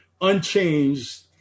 unchanged